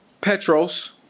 Petros